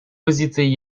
позицией